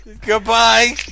Goodbye